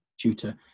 tutor